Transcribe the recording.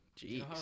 jeez